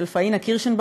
של פאינה קירשנבאום,